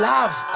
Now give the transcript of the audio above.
Love